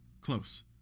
Close